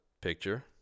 picture